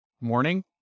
morning